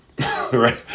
right